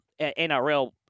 NRL